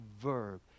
verb